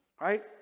right